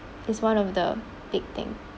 it's one of the big thing